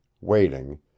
waiting